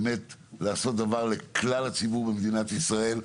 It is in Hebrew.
באמת לעשות דבר לכלל הציבור במדינת ישראל.